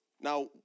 Now